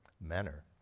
manner